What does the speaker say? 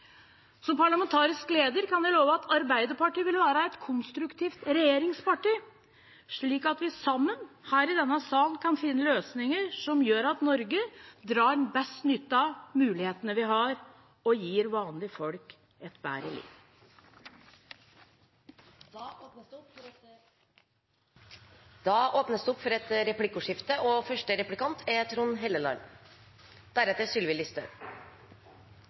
Som parlamentarisk leder kan jeg love at Arbeiderpartiet vil være et konstruktivt regjeringsparti, slik at vi sammen, her i denne salen, kan finne løsninger som gjør at Norge drar best nytte av mulighetene vi har, og gir vanlige folk et bedre liv. Det blir replikkordskifte. Først vil jeg gratulere representanten Aasrud med jobben som parlamentarisk leder for